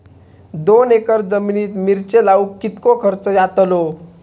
दोन एकर जमिनीत मिरचे लाऊक कितको खर्च यातलो?